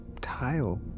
tile